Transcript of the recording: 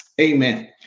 Amen